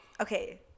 okay